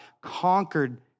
conquered